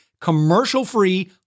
commercial-free